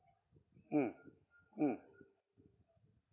mm mm